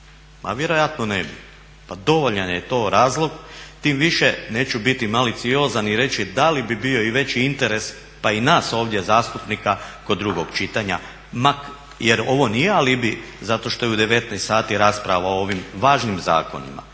Ma vjerojatno ne bi, pa dovoljan je to razlog. Tim više, neću biti maliciozan i reći da li bi bio i veći interes pa i nas ovdje zastupnika kod drugog čitanja jer ovo nije alibi zato što je u 19 sati rasprava o ovim važnim zakonima.